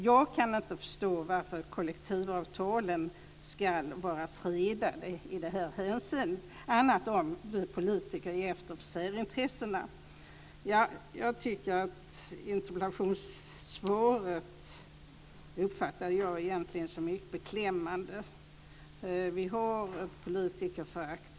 Jag kan inte förstå varför kollektivavtalen ska vara fredade i det här hänseendet, om inte vi politiker ska ge efter för särintressena. Jag uppfattar egentligen interpellationssvaret som mycket beklämmande. Det finns ett politikerförakt.